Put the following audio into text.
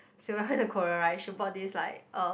silver went to korea right she bought this like um